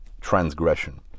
transgression